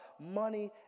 money